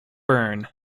burn